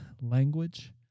language